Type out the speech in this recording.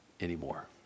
anymore